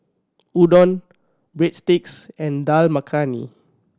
Udon Breadsticks and Dal Makhani